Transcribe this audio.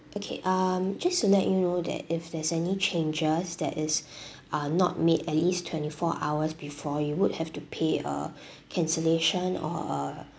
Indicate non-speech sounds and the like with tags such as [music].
okay um just to let you know that if there's any changes that is [breath] uh not made at least twenty four hours before you would have to pay a cancellation or a